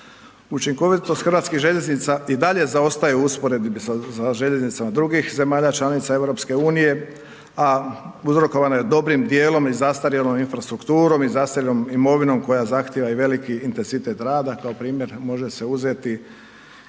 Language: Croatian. Učinkovitost HŽ-a i dalje zaostaju u usporedbi sa željeznicama drugih zemalja članica EU, a uzrokovana je dobrim dijelom i zastarjelom infrastrukturom i zastarjelom imovinom koja zahtjeva i veliki intenzitet rada, kao primjer može se uzeti